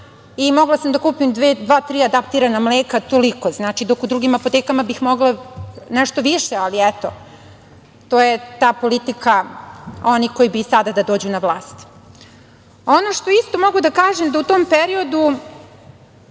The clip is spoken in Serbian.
i mogla sam da kupim dva, tri adaptirana mleka i toliko. Dok bih u drugim apotekama mogla nešto više, ali, eto, to je ta politika onih koji bi sada da dođu na vlast. Ono što isto mogu da kažem jeste da u tom periodu